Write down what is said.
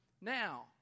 now